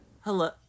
Hello